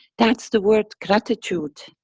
that's the word gratitude.